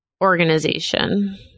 organization